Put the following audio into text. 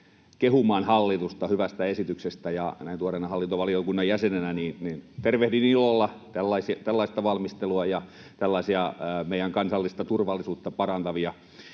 kehumaan hallitusta hyvästä esityksestä. Näin tuoreena hallintovaliokunnan jäsenenä tervehdin ilolla tällaista valmistelua ja tällaisia meidän kansallista turvallisuuttamme parantavia